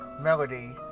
melody